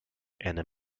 and